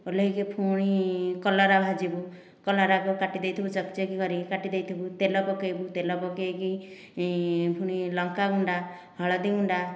ଓହ୍ଲାଇକି ପୁଣି କଲରା ଭାଜିବୁ କଲରାକୁ କାଟି ଦେଇଥିବୁ ଚକି ଚକି କରି କାଟି ଦେଇଥିବୁ ତେଲ ପକାଇବୁ ତେଲ ପକାଇକି ପୁଣି ଲଙ୍କା ଗୁଣ୍ଡା ହଳଦୀ ଗୁଣ୍ଡା